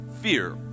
Fear